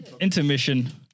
Intermission